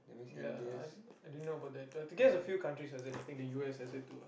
ya I I didn't know about that but to guess I think a few countries has it I think the u_s has it too ah